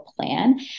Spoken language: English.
plan